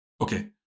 Okay